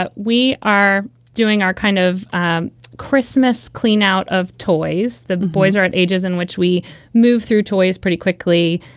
ah we are doing our kind of um christmas clean out of toys the boys are at ages in which we move through toys pretty quickly.